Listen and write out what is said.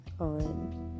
On